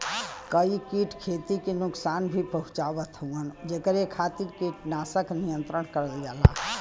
कई कीट खेती के नुकसान भी पहुंचावत हउवन जेकरे खातिर कीटनाशक नियंत्रण करल जाला